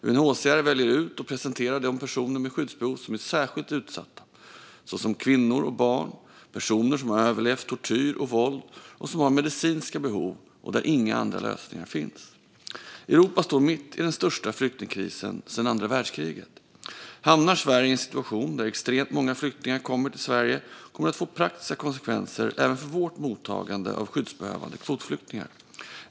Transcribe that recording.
UNHCR väljer ut och presenterar de personer med skyddsbehov som är särskilt utsatta, såsom kvinnor och barn och personer som överlevt tortyr och våld och som har medicinska behov och där inga andra lösningar finns. Europa står mitt i den största flyktingkrisen sedan andra världskriget. Om Sverige hamnar i en situation där extremt många flyktingar kommer till Sverige kommer det att få praktiska konsekvenser även för vårt mottagande av skyddsbehövande kvotflyktingar.